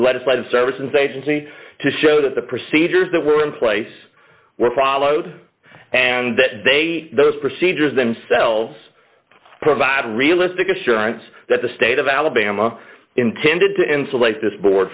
us by the services agency to show that the procedures that were in place were followed and that they those procedures themselves provide realistic assurance that the state of alabama intended to insulate this board